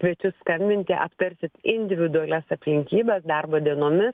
kviečiu skambinti aptarsit individualias aplinkybes darbo dienomis